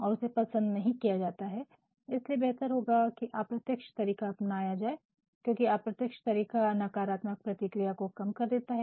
और उसे पसंद नहीं किया जाता इसलिए बेहतर होगा कि अप्रत्यक्ष तरीका अपनाया जाए क्योंकि अप्रत्यक्ष तरीका नकारात्मक प्रतिक्रिया को कम कर देता है